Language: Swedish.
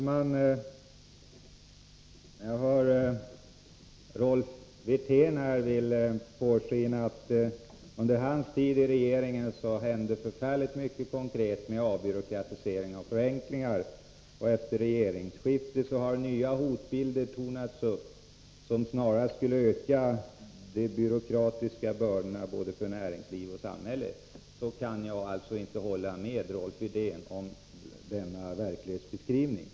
Herr talman! Rolf Wirtén vill här låta påskina att det under hans tid i regeringen hände förfärligt mycket konkret när det gäller avbyråkratisering och förenklingar medan det efter regeringsskiftet har tonat fram en hotbild som snarare skulle tyda på att de byråkratiska bördorna för både näringsliv och samhälle skulle öka. Jag kan inte hålla med Rolf Wirtén om denna verklighetsbeskrivning.